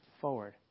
forward